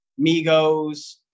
Migos